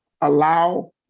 allow